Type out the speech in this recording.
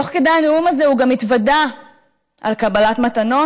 תוך כדי הנאום הזה הוא גם התוודה על קבלת מתנות.